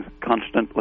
constantly